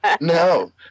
No